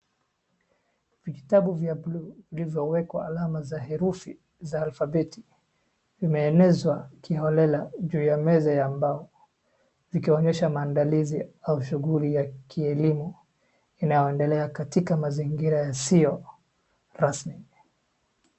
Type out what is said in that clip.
Vitabu vya bluu zilizoekwa alama za herufu za alphabeti. Zimeenzwa kihorera juu ya meza ya mbao zikionyesha maandalizi au shughuli za kielimu inaoendelea katika mazingira yasiyo rasmi.